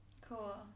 cool